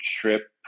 trip